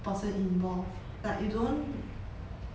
person involved like you don't